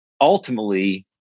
ultimately